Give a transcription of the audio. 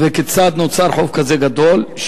וכיצד נוצר חוב כזה גדול?